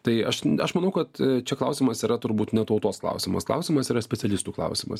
tai aš aš manau kad čia klausimas yra turbūt ne tautos klausimas klausimas yra specialistų klausimas